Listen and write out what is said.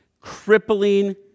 crippling